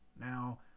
Now